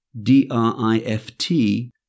D-R-I-F-T